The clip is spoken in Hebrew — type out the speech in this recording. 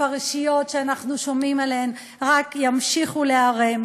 הפרשיות שאנחנו שומעים עליהן רק ימשיכו להיערם,